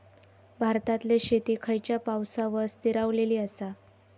भारतातले शेती खयच्या पावसावर स्थिरावलेली आसा?